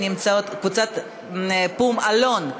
קבוצת פו"ם אלון,